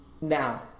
Now